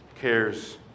cares